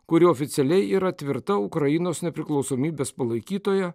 kuri oficialiai yra tvirta ukrainos nepriklausomybės palaikytoja